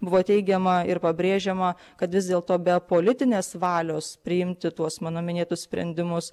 buvo teigiama ir pabrėžiama kad vis dėlto be politinės valios priimti tuos mano minėtus sprendimus